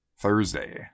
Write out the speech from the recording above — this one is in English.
Thursday